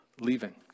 leaving